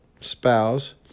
spouse